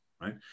right